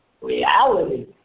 Reality